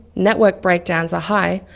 network breakdowns are high,